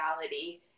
reality